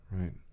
Right